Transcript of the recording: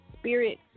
spirit